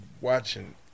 watching